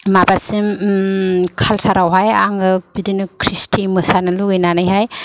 माबासिम कालचारावहाय आङो बिदिनो क्रिसटि मोसानो लुबैनानैहाय